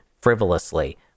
frivolously